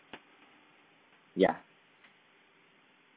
ya